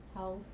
house